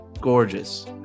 gorgeous